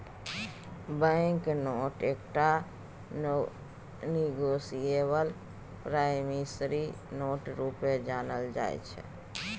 bank note एकटा negotiable promissory note रुपे जानल जाइ छै